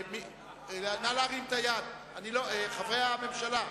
נא להרים את היד, חברי הממשלה.